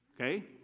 okay